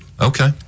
Okay